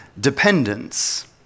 dependence